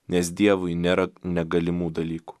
nes dievui nėra negalimų dalykų